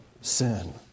sin